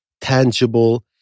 tangible